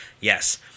Yes